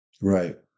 Right